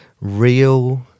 real